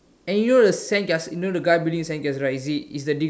and you know the sandcastle you know the guy building the sandcastle right is he is the diff